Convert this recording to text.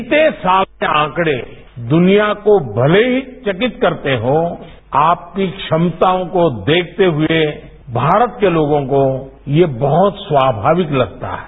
बीते साल में आंकड़े दुनिया को भले ही चकित करते हो आपकी क्षमताओं को देखते हुए भारत के लोगों को ये बहुत स्वभाविक लगता है